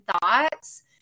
thoughts